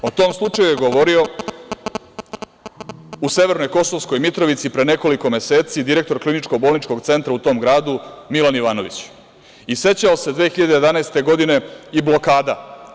O tom slučaju je govorio u severnoj Kosovskoj Mitrovici pre nekoliko meseci direktor KBC u tom gradu, Milan Ivanović i sećao se 2011. godine i blokada.